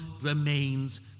remains